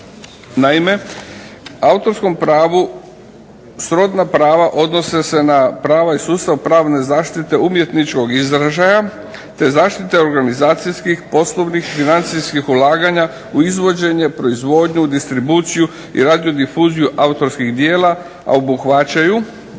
Naime, autorskom pravu srodna prava odnose se na prava i sustav pravne zaštite umjetničkog izražaja te zaštite organizacijskih, poslovnih, financijskih ulaganja u izvođenje, proizvodnju, distribuciju i radio difuziju autorskih djela, a obuhvaćaju